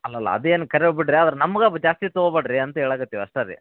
ಅಲ್ಲಲ್ಲ ಅದೇನು ಖರೆ ಬಿಡಿರಿ ಆದ್ರೆ ನಮ್ಗೆ ಜಾಸ್ತಿ ತೊಗೊಬ್ಯಾಡರಿ ಅಂತ ಹೇಳಾಕತ್ತಿವಿ ಅಷ್ಟೆ ರೀ